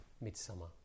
midsummer